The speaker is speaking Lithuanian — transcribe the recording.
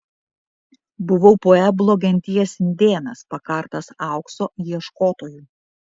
buvau pueblo genties indėnas pakartas aukso ieškotojų